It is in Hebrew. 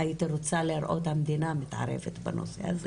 לראות את המדינה מתערבת בזה.